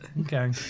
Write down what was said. Okay